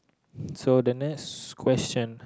so the next question